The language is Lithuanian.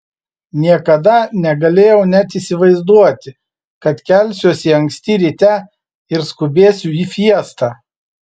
niekada negalėjau net įsivaizduoti kad kelsiuosi anksti ryte ir skubėsiu į fiestą